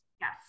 Yes